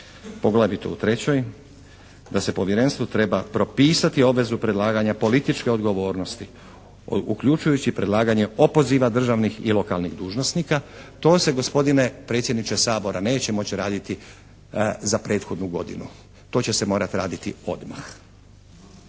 poglavito u 3., da se Povjerenstvu treba propisati obvezu predlaganja političke odgovornosti uključujući predlaganje opoziva državnih i lokalnih dužnosnika. To se gospodine predsjedniče Sabora neće moći raditi za prethodnu godinu, to će morati raditi odmah